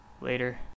Later